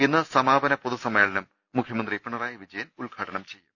ഇന്ന് സമാപന പൊതുസമ്മേളനം മുഖ്യമന്ത്രി പിണറായി വിജയൻ ഉദ്ഘാടനം ചെയ്യും